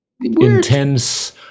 intense